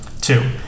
Two